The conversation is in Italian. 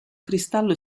cristallo